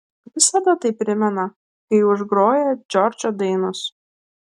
visada tai primena kai užgroja džordžo dainos